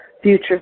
future